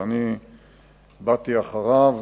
ואני באתי אחריו,